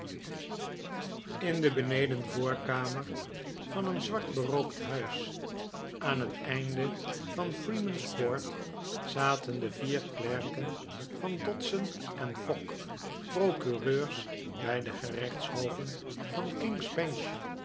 in de benedenvoorkamer van een zwart berookt huis aan het einde van freeman's court zaten de vier klerken van dodson en fogg procureurs bij de gerechtshoven van kings bench